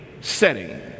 setting